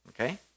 okay